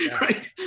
right